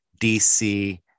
DC